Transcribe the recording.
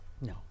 No